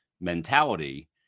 mentality